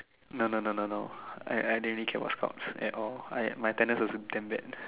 no no no no no I rarely came for Scouts at all my attendance was damn bad